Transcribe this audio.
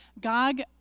Gog